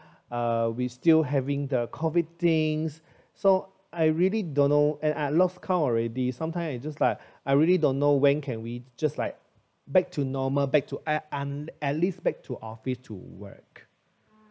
uh we still having the COVID things so I really don't know and I lost count already sometime I just like I really don't know when can we just like back to normal back to a~ and at least back to office to work